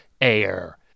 air